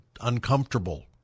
uncomfortable